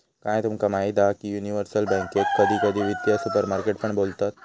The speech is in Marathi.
काय तुमका माहीत हा की युनिवर्सल बॅन्केक कधी कधी वित्तीय सुपरमार्केट पण बोलतत